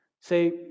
say